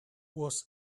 was